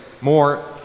more